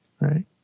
right